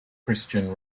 christian